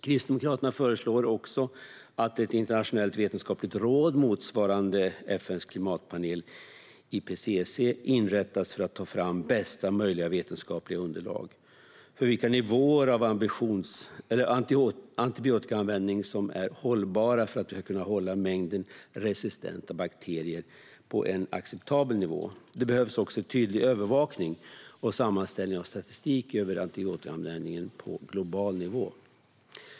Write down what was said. Kristdemokraterna föreslår också att ett internationellt vetenskapligt råd, motsvarande FN:s klimatpanel IPCC, inrättas för att ta fram bästa möjliga vetenskapliga underlag för vilka nivåer av antibiotikaanvändning som är hållbara för att vi ska kunna hålla mängden resistenta bakterier på en acceptabel nivå. Det behövs också en tydlig övervakning och sammanställning av statistik över antibiotikaanvändningen på global nivå.